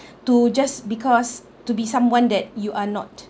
to just because to be someone that you are not